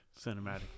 cinematic